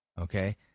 Okay